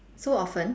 so often